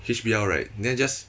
H_B_L right then just